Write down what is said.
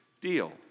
deal